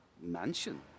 mansion